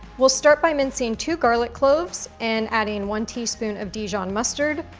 we'll start by mincing two garlic cloves and adding one teaspoon of dijon mustard,